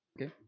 Okay